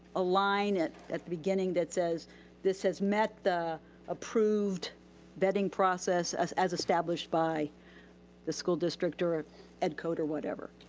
a line at at the beginning that says this has met the approved vetting process as as established by the school district or ed code or whatever.